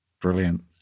Brilliant